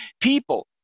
People